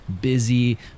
busy